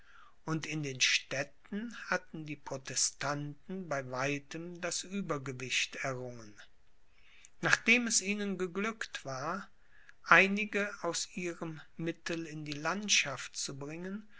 und in den städten hatten die protestanten bei weitem das uebergewicht errungen nachdem es ihnen geglückt war einige aus ihrem mittel in die landschaft zu bringen